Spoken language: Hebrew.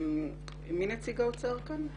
מי נציג האוצר כאן?